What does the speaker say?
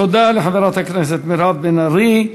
תודה לחברת הכנסת מירב בן ארי.